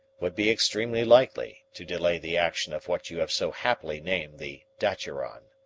would be extremely likely to delay the action of what you have so happily named the daturon.